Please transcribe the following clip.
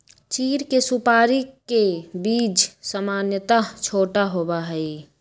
चीड़ के सुपाड़ी के बीज सामन्यतः छोटा होबा हई